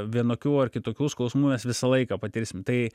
vienokių ar kitokių skausmų mes visą laiką patirsim tai